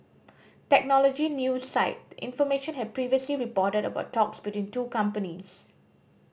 technology news site The Information had previously reported about talks between two companies